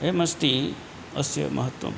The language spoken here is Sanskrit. अयम् अस्ति अस्य महत्त्वम्